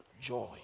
joy